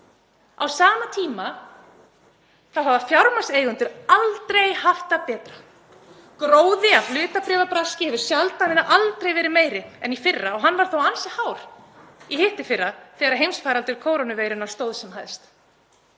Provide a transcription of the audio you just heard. Á sama tíma hafa fjármagnseigendur aldrei haft það betra. Gróði af hlutabréfabraski hefur sjaldan eða aldrei verið meiri en í fyrra og hann var þó ansi hár í hittiðfyrra þegar heimsfaraldur kórónuveirunnar stóð sem hæst.